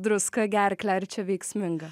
druska gerklę ir čia veiksminga